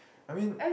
I mean